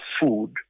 food